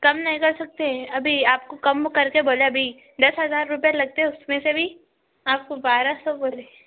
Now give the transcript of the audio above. کم نہیں کر سکتے ابھی آپ کو کم کر کے بولا ابھی دس ہزار روپئے لگتے اس میں سے بھی آپ کو بارہ سو بولے